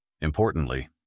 Importantly